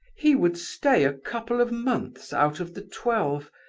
he would stay a couple of months out of the twelve,